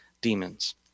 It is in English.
demons